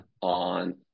on